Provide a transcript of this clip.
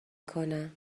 کنم